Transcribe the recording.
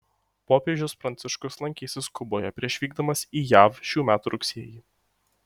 popiežius pranciškus lankysis kuboje prieš vykdamas į jav šių metų rugsėjį